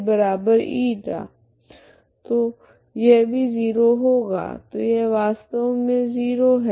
तो यह भी 0 होगा तो यह वास्तव मे 0 है